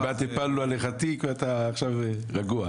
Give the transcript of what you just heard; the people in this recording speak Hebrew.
כמעט הפלנו עליך תיק ואתה עכשיו רגוע.